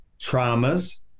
traumas